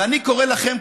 ואני קורא לכם,